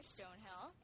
Stonehill